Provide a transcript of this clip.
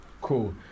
Cool